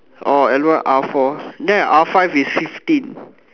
oh L one R four then your R five is fifteen